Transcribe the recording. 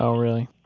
um really.